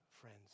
friends